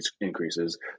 increases